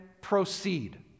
proceed